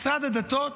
משרד הדתות,